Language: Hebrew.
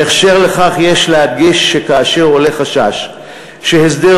בקשר לכך יש להדגיש שכאשר עולה חשש שהסדר